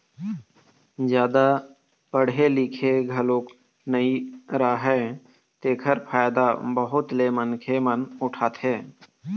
जादा पड़हे लिखे घलोक नइ राहय तेखर फायदा बहुत ले मनखे मन उठाथे